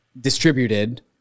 distributed